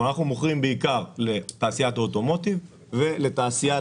אבל אנחנו מוכרים בעיקר לתעשיית האוטומוטיב ולתעשיית